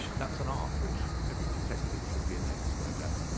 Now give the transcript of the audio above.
that's an art which every detective should be an expert at.